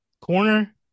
Corner